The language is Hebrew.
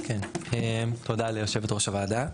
תודה ליושבת ראש הוועדה.